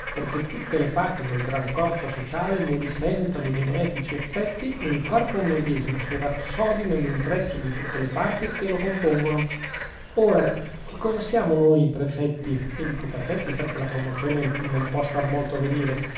perchè tutte le parti del gran corpo sociale ne risentano i benefici effetti e il corpo medesimo si rassodi nell'intreccio di tutte le parti che lo compongono ora che cosa siamo noi prefetti e